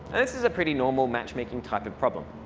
and this is a pretty normal matchmaking type of problem.